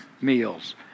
meals